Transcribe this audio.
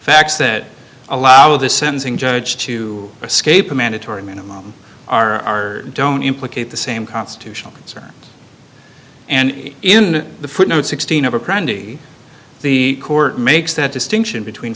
facts that allow the sentencing judge to escape a mandatory minimum are don't implicate the same constitutional concerns and in the footnote sixteen of a cranky the court makes that distinction between